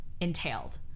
entailed